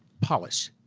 polish,